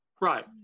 Right